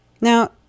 now